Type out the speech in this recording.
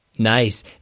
Nice